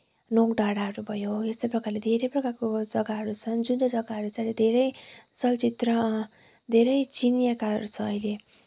नोक डाँडाहरू भयो यस्तै प्रकारले धेरै प्रकारको जग्गाहरू छन् जुन चाहिँ जग्गाहरू चाहिँ धेरै चर्चित र धेरै चिनिएकाहरू छ अहिले